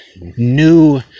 new